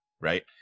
right